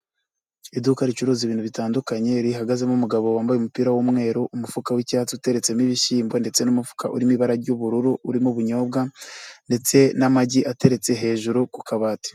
Iduka ricuruza ibintu bitandukanye rihagazemo umugabo wambaye umupira w'umweru, umufuka w'icyatsi uteretsemo ibishyimbo ndetse n'umufuka uri mu ibara ry'ubururu urimo ibinyobwa ndetse n'amagi ateretse hejuru ku kabati.